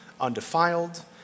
undefiled